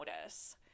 notice